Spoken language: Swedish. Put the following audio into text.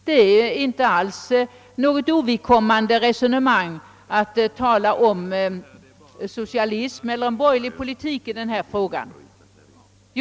Det är inte ovidkommande resonemang att tala om socialism kontra en borgerlig politik i den här frågan.